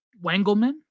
Wangelman